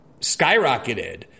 skyrocketed